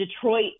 detroit